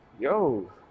yo